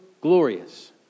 glorious